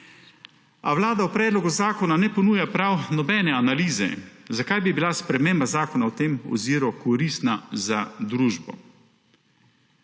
Vlada v predlogu zakona ne ponuja prav nobene analize, zakaj bi bila sprememba zakona v tem oziru koristna za družbo.